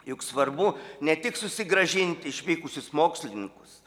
juk svarbu ne tik susigrąžinti išvykusius mokslininkus